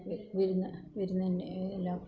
വിരുന്ന് വിരുന്നിനു എല്ലാം